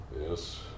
yes